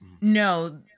No